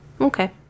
Okay